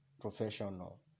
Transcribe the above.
professional